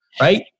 right